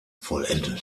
vollendete